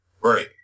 Right